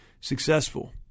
successful